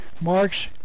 Marx